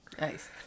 Nice